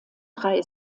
drei